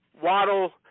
Waddle